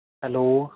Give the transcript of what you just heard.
hello